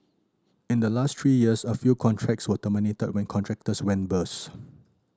in the last three years a few contracts were terminated when contractors went bust